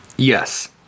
Yes